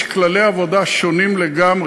יש כללי עבודה שונים לגמרי,